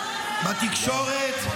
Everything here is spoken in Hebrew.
בתקשורת,